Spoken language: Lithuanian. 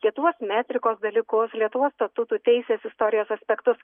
lietuvos metrikos dalykus lietuvos statutų teisės istorijos aspektus